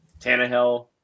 Tannehill